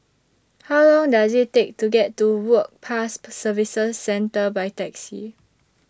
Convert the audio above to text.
How Long Does IT Take to get to Work Pass Services Centre By Taxi